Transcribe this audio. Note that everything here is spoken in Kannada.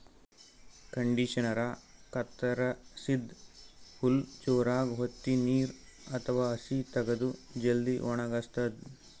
ಕಂಡಿಷನರಾ ಕತ್ತರಸಿದ್ದ್ ಹುಲ್ಲ್ ಜೋರಾಗ್ ವತ್ತಿ ನೀರ್ ಅಥವಾ ಹಸಿ ತಗದು ಜಲ್ದಿ ವಣಗಸ್ತದ್